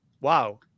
Wow